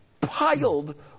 piled